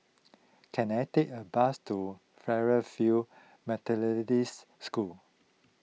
can I take a bus to Fairfield Methodist School